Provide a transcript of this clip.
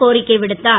கோரிக்கை விடுத்தார்